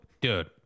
Dude